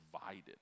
divided